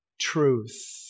truth